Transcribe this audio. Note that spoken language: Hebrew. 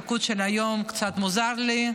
הליכוד של היום הוא קצת מוזר לי.